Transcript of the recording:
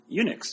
Unix